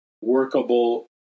workable